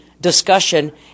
discussion